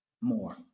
more